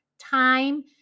time